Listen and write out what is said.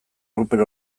ruper